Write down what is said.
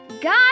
God